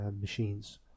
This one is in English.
machines